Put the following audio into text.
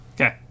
Okay